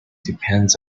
depend